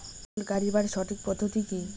পটল গারিবার সঠিক পদ্ধতি কি?